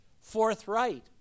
forthright